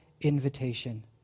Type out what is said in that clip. invitation